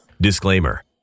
Disclaimer